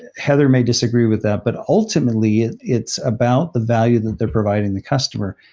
heather may disagree with that. but, ultimately, it's about the value that they're providing the customer.